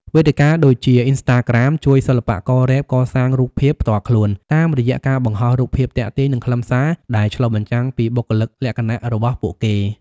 វេទិកាដូចជា អុីនស្តាក្រាម ជួយសិល្បកររ៉េបកសាងរូបភាពផ្ទាល់ខ្លួន តាមរយៈការបង្ហោះរូបភាពទាក់ទាញ និងខ្លឹមសារដែលឆ្លុះបញ្ចាំងពីបុគ្គលិកលក្ខណៈរបស់ពួកគេ។